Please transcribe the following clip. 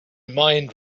mind